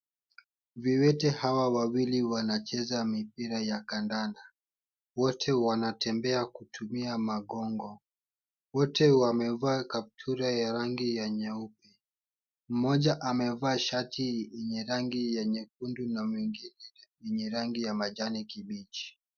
Viwete hawa wawili wanacheza mipira ya kandanda ,wote wanatembea kutumia magongo, wote wamevaa kaptura ya rangi ya nyeupe, mmoja amevaa shati yenye rangi ya nyekundu na mwingine yenye rangi ya kijani kibichi.